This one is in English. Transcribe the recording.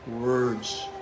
words